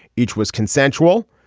each was consensual.